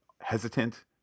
hesitant